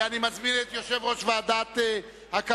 אני מזמין את יושב-ראש ועדת העבודה,